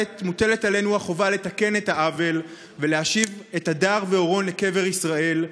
מוטלת עלינו החובה לתקן את העוול ולהשיב את הדר ואורון לקבר ישראל,